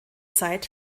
zeit